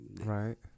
right